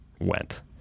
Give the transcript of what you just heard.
went